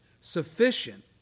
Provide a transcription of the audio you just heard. sufficient